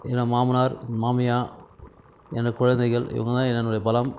மாமனார் மாமியார் எங்கள் குழந்தைகள் இவங்க தான் என்னுடைய பலம்